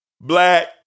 Black